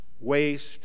Waste